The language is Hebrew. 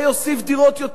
זה יוסיף יותר דירות,